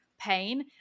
pain